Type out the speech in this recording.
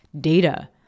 data